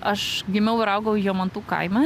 aš gimiau ir augau jomantų kaime